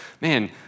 man